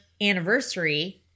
anniversary